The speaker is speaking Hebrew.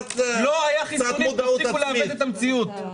באמת, קצת מודעות עצמית.